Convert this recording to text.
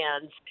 hands